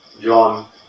John